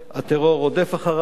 הטרור רודף אחריו,